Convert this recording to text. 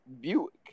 Buick